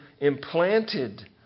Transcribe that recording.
implanted